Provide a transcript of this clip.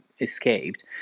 Escaped